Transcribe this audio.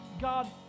God